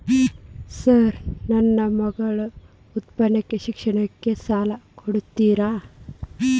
Sir ನನ್ನ ಮಗಳ ಉನ್ನತ ಶಿಕ್ಷಣಕ್ಕೆ ಸಾಲ ಕೊಡುತ್ತೇರಾ?